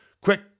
Quick